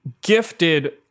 gifted